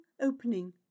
opening